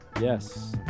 Yes